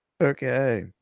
Okay